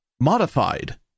modified